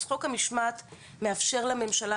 חוק המשמעת מאפשר לממשלה,